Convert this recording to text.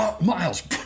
Miles